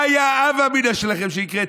מה הייתה ההווה אמינא שלכם שיקרה?